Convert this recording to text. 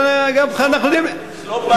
שלום-בית.